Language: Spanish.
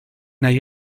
hay